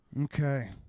Okay